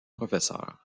professeur